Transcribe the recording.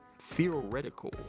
theoretical